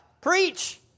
Preach